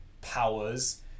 powers